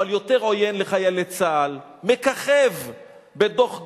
אבל יותר עוין לחיילי צה"ל, מככב בדוח-גולדסטון,